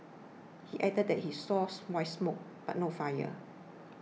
he added that he saws white smoke but no fire